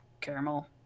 caramel